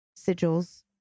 sigils